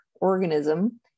organism